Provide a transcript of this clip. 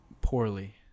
Poorly